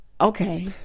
Okay